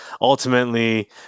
ultimately